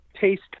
taste